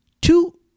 two